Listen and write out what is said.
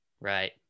right